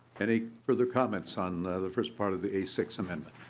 any further comments on the first part of the a six amendment?